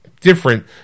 different